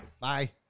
Bye